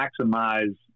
maximize